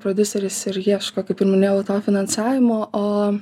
prodiuseris ir ieško kaip ir minėjau to finansavimo o